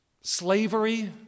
slavery